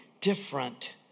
different